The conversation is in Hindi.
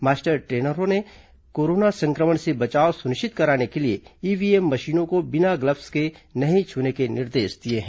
मास्टर ट्रेनरों ने कोरोना संक्रमण से बचाव सुनिश्चित कराने के लिए ईव्हीएम मशीनों को बिना ग्लब्स के नहीं छूने के निर्देश दिए हैं